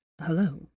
Hello